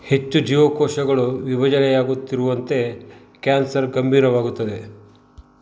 ಹೆಚ್ಚು ಜೀವಕೋಶಗಳು ವಿಭಜನೆಯಾಗುತ್ತಿರುವಂತೆ ಕ್ಯಾನ್ಸರ್ ಗಂಭೀರವಾಗುತ್ತದೆ